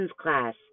class